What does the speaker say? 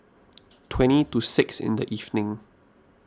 twenty to six in the evening